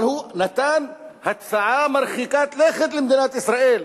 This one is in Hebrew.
אבל הוא נתן הצעה מרחיקת לכת למדינת ישראל,